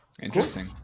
Interesting